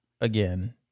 again